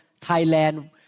Thailand